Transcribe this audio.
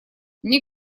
мне